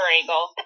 angle